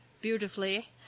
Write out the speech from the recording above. beautifully